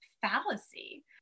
fallacy